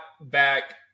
back